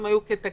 הם היו תקלה,